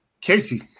Casey